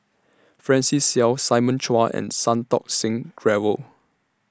Francis Seow Simon Chua and Santokh Singh Grewal